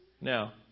Now